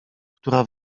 która